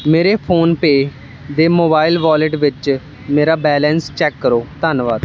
ਮੇਰੇ PhonePe ਦੇ mobile wallet ਵਿੱਚ ਮੇਰਾ ਬੈਲੇਂਸ ਚੈੱਕ ਕਰੋ ਧੰਨਵਾਦ